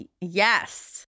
Yes